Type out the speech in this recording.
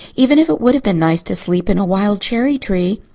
even if it would have been nice to sleep in a wild cherry-tree.